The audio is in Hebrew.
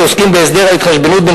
שעוסקים בהסדר ההתחשבנות בין